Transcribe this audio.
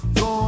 go